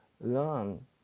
learn